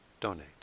donate